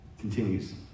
Continues